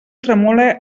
tremole